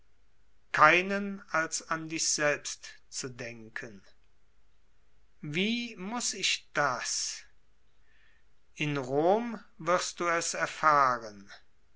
keinen als an dich selbst zu denken wie muß ich das in rom wirst du es erfahren